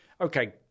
Okay